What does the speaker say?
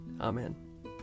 Amen